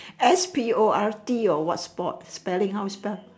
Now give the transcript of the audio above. sport or what sports spelling how spell